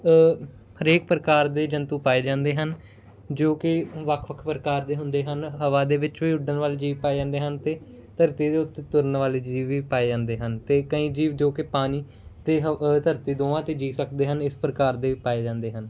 ਹਰੇਕ ਪ੍ਰਕਾਰ ਦੇ ਜੰਤੂ ਪਾਏ ਜਾਂਦੇ ਹਨ ਜੋ ਕਿ ਵੱਖ ਵੱਖ ਪ੍ਰਕਾਰ ਦੇ ਹੁੰਦੇ ਹਨ ਹਵਾ ਦੇ ਵਿੱਚ ਵੀ ਉੱਡਣ ਵਾਲੇ ਜੀਵ ਪਾਏ ਜਾਂਦੇ ਹਨ ਅਤੇ ਧਰਤੀ ਦੇ ਉੱਤੇ ਤੁਰਨ ਵਾਲੇ ਜੀਵ ਵੀ ਪਾਏ ਜਾਂਦੇ ਹਨ ਅਤੇ ਕਈ ਜੀਵ ਜੋ ਕਿ ਪਾਣੀ ਅਤੇ ਧਰਤੀ ਦੋਵਾਂ 'ਤੇ ਜੀ ਸਕਦੇ ਹਨ ਇਸ ਪ੍ਰਕਾਰ ਦੇ ਵੀ ਪਾਏ ਜਾਂਦੇ ਹਨ